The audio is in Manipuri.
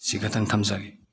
ꯁꯤ ꯈꯛꯇꯪ ꯊꯝꯖꯒꯦ